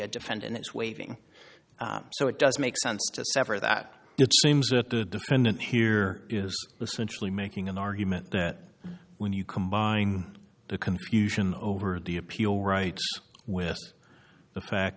a defendant is waiving so it does make sense to sever that it seems that the defendant here is the central making an argument that when you combine the confusion over the appeal right with the fact